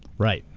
right.